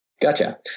Gotcha